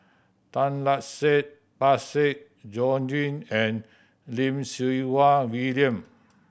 Tan Lark Sye Parsick Joaquim and Lim Siew Wai William